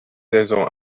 saison